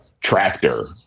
tractor